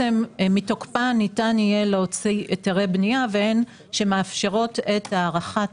שמתוקפן ניתן יהיה להוציא היתרי בנייה והן שמאפשרות את הארכת